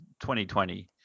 2020